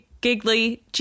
Giggly